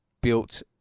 built –